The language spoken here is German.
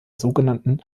sogenannten